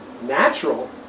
natural